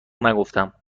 نگفتم